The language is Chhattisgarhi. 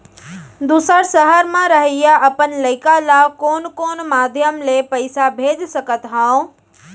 दूसर सहर म रहइया अपन लइका ला कोन कोन माधयम ले पइसा भेज सकत हव?